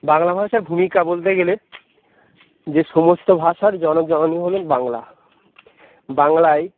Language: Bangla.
বাংলা ভাষার ভূমিকা বলতে গেলে যে সমস্ত ভাষার জনক জননী হলেন বাংলা বাংলায়